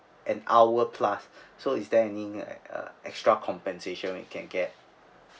an hour plus so is there any uh extra compensation where I can get